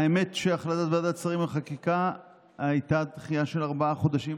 האמת היא שהחלטת ועדת השרים לחקיקה הייתה דחייה של ארבעה חודשים.